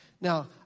Now